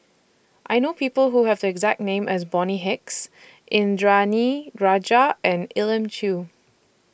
I know People Who Have The exact name as Bonny Hicks Indranee Rajah and Elim Chew